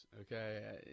okay